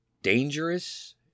dangerous